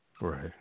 Right